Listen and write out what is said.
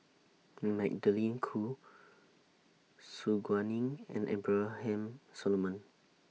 Magdalene Khoo Su Guaning and Abraham Solomon